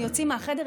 הם יוצאים מהחדר,